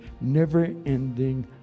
never-ending